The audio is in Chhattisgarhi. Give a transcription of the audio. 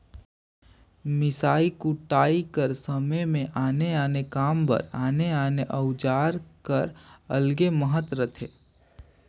मिसई कुटई कर समे मे आने आने काम बर आने आने अउजार कर अलगे महत रहथे